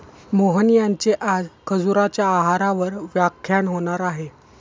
मोहन यांचे आज खजुराच्या आहारावर व्याख्यान होणार आहे